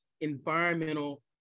environmental